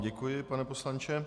Děkuji vám, pane poslanče.